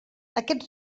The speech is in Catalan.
aquests